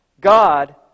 God